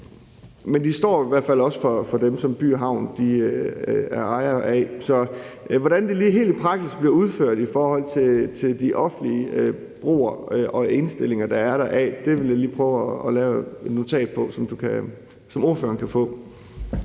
men de står i hvert fald også for dem, som By & Havn er ejere af. Så hvordan det lige helt i praksis bliver udført i forhold til de offentlige broer og indstillinger, der er deraf, vil jeg lige prøve at lave et notat på, som ordføreren kan få.